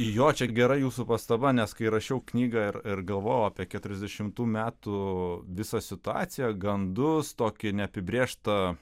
jo čia gera jūsų pastaba nes kai rašiau knygą ir ir galvojau apie keturiasdešimtų metų visą situaciją gandus tokį neapibrėžtą